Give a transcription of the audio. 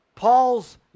Paul's